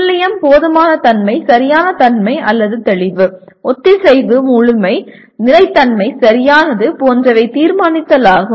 துல்லியம் போதுமான தன்மை சரியான தன்மை அல்லது தெளிவு ஒத்திசைவு முழுமை நிலைத்தன்மை சரியானது போன்றவற்றைத் தீர்மானித்தல் ஆகும்